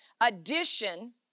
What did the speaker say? addition